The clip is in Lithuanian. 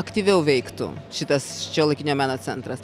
aktyviau veiktų šitas šiuolaikinio meno centras